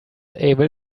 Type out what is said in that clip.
able